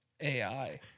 AI